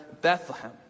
Bethlehem